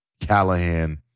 Callahan